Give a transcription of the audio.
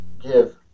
give